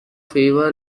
favor